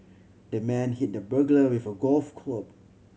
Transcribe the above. the man hit the burglar with a golf club